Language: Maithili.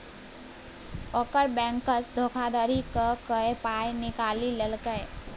ओकर बैंकसँ धोखाधड़ी क कए पाय निकालि लेलकै